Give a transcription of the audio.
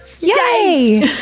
Yay